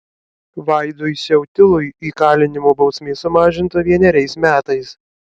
vaidui siautilui įkalinimo bausmė sumažinta vieneriais metais